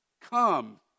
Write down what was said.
Come